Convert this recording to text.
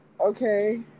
okay